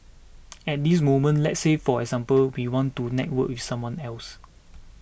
at this moment let's say for example we want to network with someone else